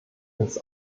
ins